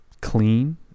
clean